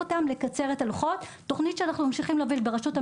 ממגוון רחב של שיטות של